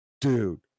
Dude